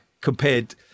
compared